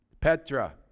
Petra